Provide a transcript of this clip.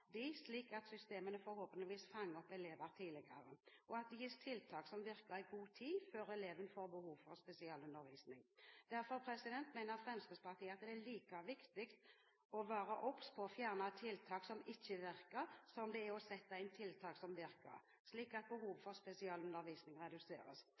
slik at systemet forhåpentligvis fanger opp elevene tidligere, og at det gis tiltak som virker i god tid før eleven får behov for spesialundervisning. Derfor mener Fremskrittspartiet at det er like viktig å være obs på å fjerne tiltak som ikke virker, som det er å sette inn tiltak som virker, slik at